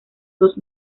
dos